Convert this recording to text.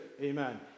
Amen